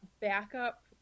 backup